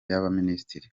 y’abaminisitiri